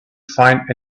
find